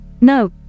No